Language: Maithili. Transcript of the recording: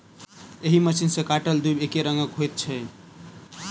एहि मशीन सॅ काटल दुइब एकै रंगक होइत छै